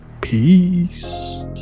Peace